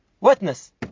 Witness